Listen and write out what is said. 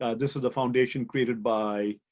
ah this is the foundation created by